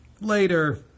later